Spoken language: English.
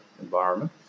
environment